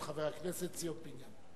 את חבר הכנסת ציון פיניאן.